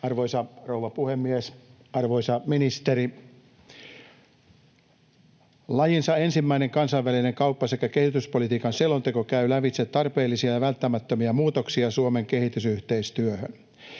Arvoisa rouva puhemies! Arvoisa ministeri, lajinsa ensimmäinen kansainvälisen kauppa- sekä kehityspolitiikan selonteko käy lävitse tarpeellisia ja välttämättömiä muutoksia Suomen kehitysyhteistyöhön.